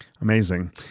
Amazing